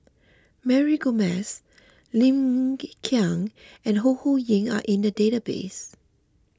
Mary Gomes Lim Hng Kiang and Ho Ho Ying are in the database